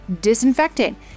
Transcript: disinfectant